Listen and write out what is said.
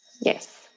Yes